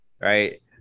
right